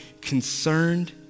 concerned